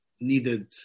needed